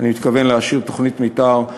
אני מתכוון לאשר תוכנית מתאר.